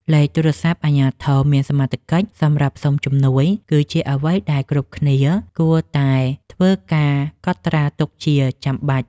លេខទូរស័ព្ទអាជ្ញាធរមានសមត្ថកិច្ចសម្រាប់សុំជំនួយ គឺជាអ្វីដែលគ្រប់គ្នាគួរតែធ្វើការកត់ត្រាទុកជាចាំបាច់។